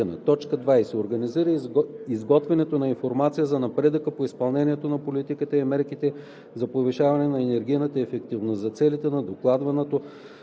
2050 г.; 20. организира изготвянето на информация за напредъка по изпълнението на политиката и мерките за повишаване на енергийната ефективност за целите на докладването